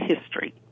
history